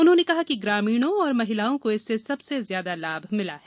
उन्होंने कहा कि ग्रामीणों और महिलाओं को इससे सबसे ज्यादा लाभ मिला है